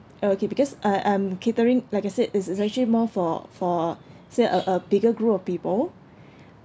oh okay because I I'm catering like I said it's it's actually more for for say a a bigger group of people